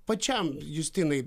pačiam justinai